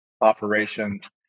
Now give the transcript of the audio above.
operations